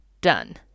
Done